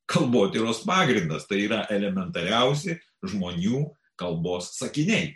kalbotyros pagrindas tai yra elementariausi žmonių kalbos sakiniai